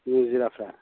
मुजिराफ्रा